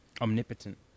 omnipotent